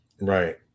Right